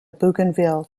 bougainville